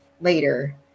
later